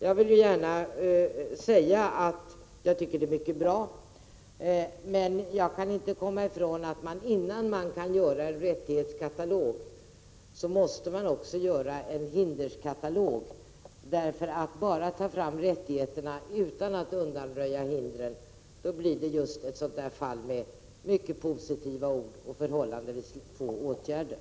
Jag vill gärna säga att jag tycker att det är mycket bra. Men jag kan inte komma ifrån att man innan man kan göra en rättighetskatalog måste upprätta en hinderkatalog. Att bara ta fram rättigheterna utan att undanröja hindren leder bara till positiva ord och förhållandevis få åtgärder.